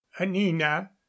anina